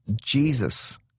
Jesus